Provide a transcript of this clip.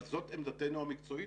אבל זאת עמדתנו המקצועית,